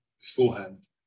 beforehand